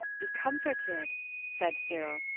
be comforted said cyril,